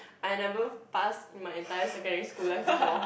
I never pass in my entire secondary school life before